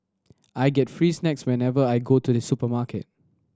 I get free snacks whenever I go to the supermarket